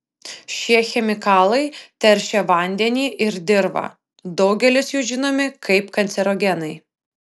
šie chemikalai teršia vandenį ir dirvą daugelis jų žinomi kaip kancerogenai